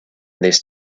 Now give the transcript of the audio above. this